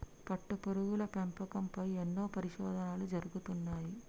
పట్టుపురుగుల పెంపకం పై ఎన్నో పరిశోధనలు జరుగుతున్నాయి